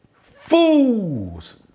Fools